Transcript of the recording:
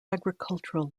agricultural